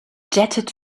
jetted